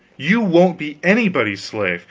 you won't be anybody's slave.